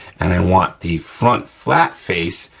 and i want the front flat face,